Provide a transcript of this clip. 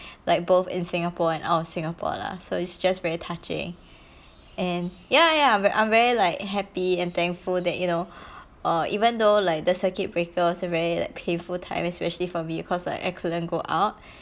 like both in singapore and out of singapore lah so it's just very touching and ya ya I'm I'm very like happy and thankful that you know err even though like the circuit breaker is a very like painful time especially for me cause like I couldn't go out